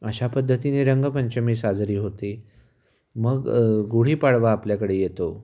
अशा पद्धतीने रंगपंचमी साजरी होते मग गुढीपाडवा आपल्याकडे येतो